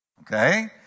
Okay